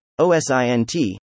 OSINT